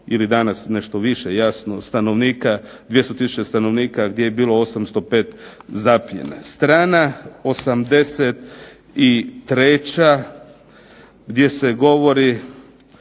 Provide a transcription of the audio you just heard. ili danas nešto više jasno stanovnika, 200 tisuća stanovnika gdje je bilo 805 zapljena. Strana 83., gdje se govori